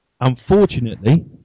Unfortunately